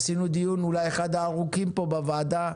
עשינו דיון אולי אחד הארוכים פה בוועדה,